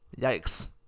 Yikes